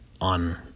on